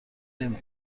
نمی